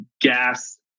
gas